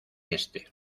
este